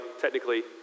technically